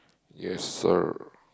yes sir